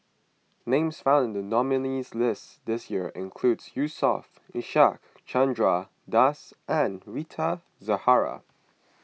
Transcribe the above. names found in the nominees' list this year include Yusof Ishak Chandra Das and Rita Zahara